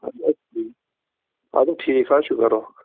ادٕ حظ ٹھیٖک اَدٕ حظ ٹھیٖک چھُ شیرناوہوکھ